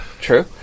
true